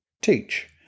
teach